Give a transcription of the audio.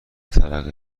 ترقه